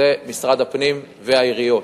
זה משרד הפנים והעיריות.